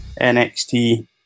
NXT